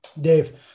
dave